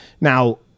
Now